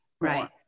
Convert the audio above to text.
right